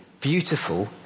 beautiful